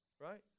right